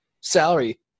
salary